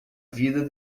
vida